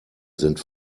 sind